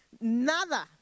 nada